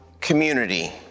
community